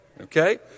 Okay